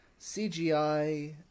CGI